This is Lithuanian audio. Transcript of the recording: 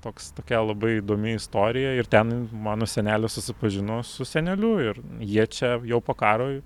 toks tokia labai įdomi istorija ir ten mano senelė susipažino su seneliu ir jie čia jau po karo